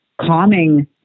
calming